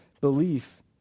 belief